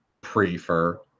Prefer